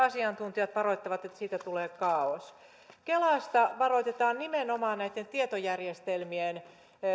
asiantuntijat varoittavat että siitä tulee kaaos kelasta varoitetaan nimenomaan näitten tietojärjestelmien